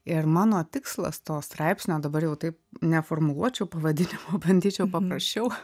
ir mano tikslas to straipsnio dabar jau taip neformuluočiau pavadinimo bandyčiau paprašiau